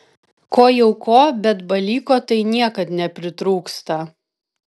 ko jau ko bet balyko tai niekad nepritrūksta